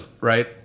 right